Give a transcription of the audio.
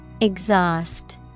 Exhaust